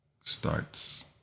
starts